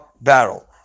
barrel